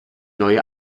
neue